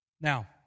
Now